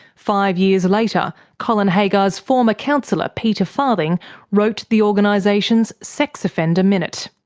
five years later, colin haggar's former counsellor peter farthing wrote the organisation's sex offender minute.